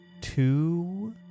two